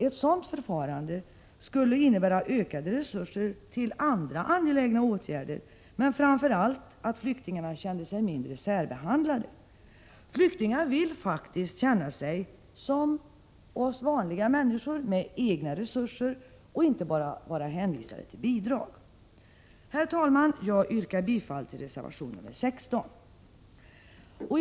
Ett sådant förfarande skulle innebära ökade resurser till andra angelägna åtgärder men framför allt att flyktingarna kände sig mindre särbehandlade. Flyktingar vill faktiskt känna sig som vanliga människor med egna resurser, inte bara vara hänvisade till bidrag. Herr talman! Jag yrkar bifall till reservation 16.